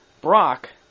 Brock